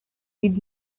did